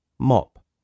Mop